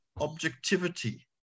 objectivity